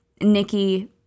Nikki